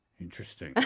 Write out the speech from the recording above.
Interesting